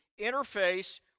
interface